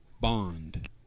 Bond